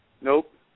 Nope